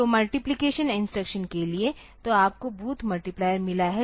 तो multiplication instruction के लिए तोआपको बूथ मल्टीप्लायर मिला है